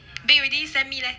bake already send me leh